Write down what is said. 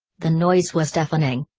the noise was deafening.